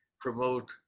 promote